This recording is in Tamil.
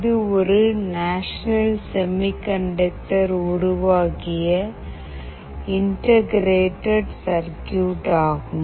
இது ஒரு நேஷனல் செமிகண்டக்டர் உருவாக்கிய இன்டகிரேடட் சர்க்யூட் ஆகும்